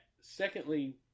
Secondly